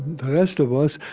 the rest of us,